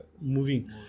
moving